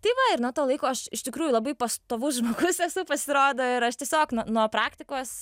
tai va ir nuo to laiko aš iš tikrųjų labai pastovus žmogus esu pasirodo ir aš tiesiog nu nuo praktikos